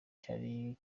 cyari